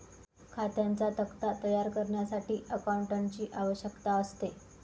खात्यांचा तक्ता तयार करण्यासाठी अकाउंटंटची आवश्यकता असते